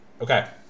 Okay